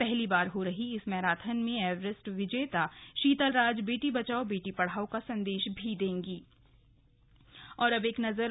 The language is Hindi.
पहली बार हो रही इस मैराथन में एवरेस्ट विजेता शीतलराज बेटी बचाओ बेटी पढ़ाओ का संदेश भी देंगीं